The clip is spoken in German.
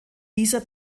dieser